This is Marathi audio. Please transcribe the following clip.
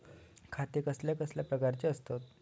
खाते कसल्या कसल्या प्रकारची असतत?